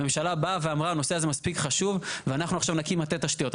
הממשלה באה ואמרה הנושא הזה מספיק חשוב ואנחנו עכשיו נקים מטה תשתיות.